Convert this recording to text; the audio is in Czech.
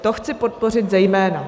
To chci podpořit zejména.